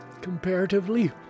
Comparatively